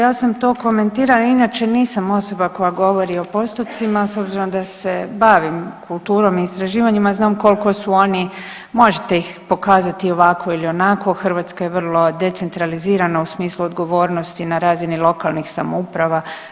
Ja sam to komentirala, inače nisam osoba koja govori o postotcima s obzirom da se bavim kulturom i istraživanjima znam koliko su oni, možete ih pokazati ovako ili onako Hrvatska je vrlo decentralizirana u smislu odgovornosti na razini lokalnih samouprava.